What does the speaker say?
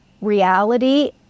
reality